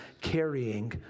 carrying